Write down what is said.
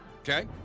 Okay